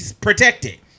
protected